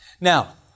Now